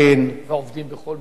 ועובדים בכל מיני מקומות.